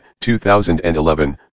2011